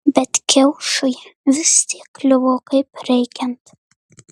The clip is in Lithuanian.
bet kiaušui vis tiek kliuvo kaip reikiant